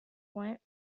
point